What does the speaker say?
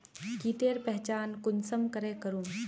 कीटेर पहचान कुंसम करे करूम?